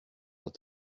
dans